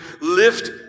lift